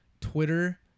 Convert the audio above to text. twitter